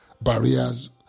barriers